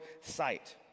sight